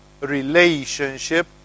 relationship